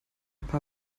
paar